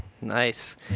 nice